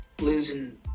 losing